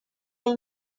این